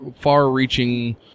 far-reaching